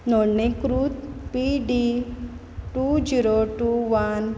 नोंदणीकृत P D two zero two one